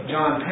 John